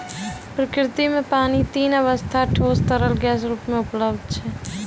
प्रकृति म पानी तीन अबस्था ठोस, तरल, गैस रूपो म उपलब्ध छै